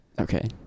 Okay